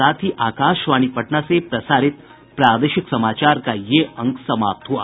इसके साथ ही आकाशवाणी पटना से प्रसारित प्रादेशिक समाचार का ये अंक समाप्त हुआ